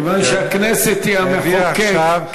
כיוון שהכנסת היא המחוקק, העביר עכשיו.